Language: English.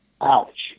Ouch